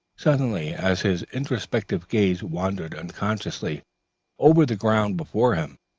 suddenly as his introspective gaze wandered unconsciously over the ground before him,